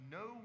no